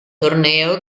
torneo